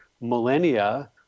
millennia